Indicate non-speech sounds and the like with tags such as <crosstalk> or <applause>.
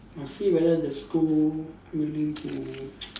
must see whether the school willing to <noise>